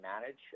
manage